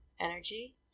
energy